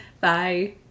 Bye